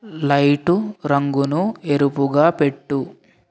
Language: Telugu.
లైటు రంగును ఎరుపుగా పెట్టు